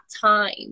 time